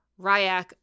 Ryak